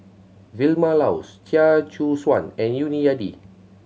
Vilma Laus Chia Choo Suan and Yuni Hadi